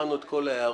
שמענו את כל ההערות.